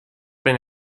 been